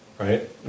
Right